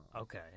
Okay